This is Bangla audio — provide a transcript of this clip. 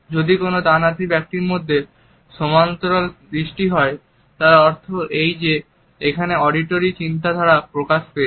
যদি কোন ডানহাতি ব্যক্তির মধ্যে সমান্তরাল দৃষ্টি হয় তার অর্থ এই যে এখানে অডিটরি চিন্তাধারা প্রাধান্য পেয়েছে